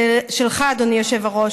שלך, אדוני היושב-ראש.